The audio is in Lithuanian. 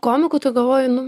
komikų tu galvoji nu